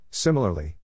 Similarly